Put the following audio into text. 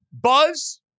Buzz